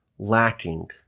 Lacking